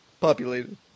populated